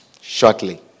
shortly